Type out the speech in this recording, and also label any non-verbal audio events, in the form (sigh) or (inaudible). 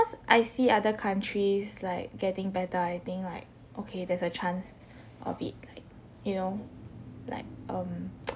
cause I see other countries like getting better I think like okay there's a chance of it like you know like um (noise)